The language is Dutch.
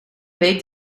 week